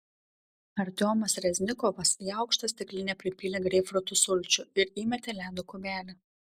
artiomas reznikovas į aukštą stiklinę pripylė greipfrutų sulčių ir įmetė ledo kubelį